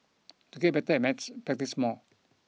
to get better at maths practise more